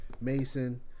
Mason